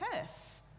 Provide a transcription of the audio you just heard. curse